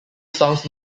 songs